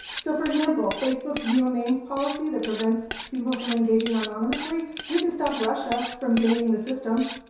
so, for example, facebook's real names policy that prevents people from engaging anonymously didn't stop russia from gaming the system.